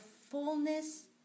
fullness